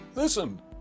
listen